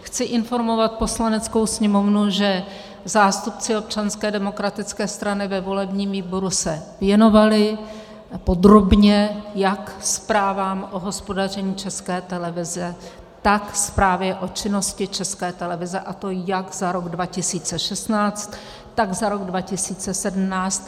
Chci informovat Poslaneckou sněmovnu, že zástupci Občanské demokratické strany ve volebním výboru se věnovali podrobně jak zprávám o hospodaření České televize, tak zprávě o činnosti České televize, a to jak za rok 2016, tak za rok 2017.